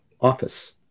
office